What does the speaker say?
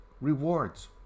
rewards